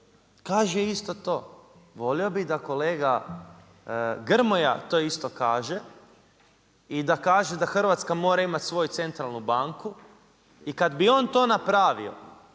kaže isto to, volio bi da kolega Grmoja to isto kaže, i da kaže da Hrvatska mora imati svoju centralnu banku i kad bi on to napravio,